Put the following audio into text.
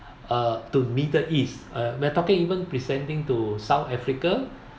uh to middle east uh we're talking even presenting to south africa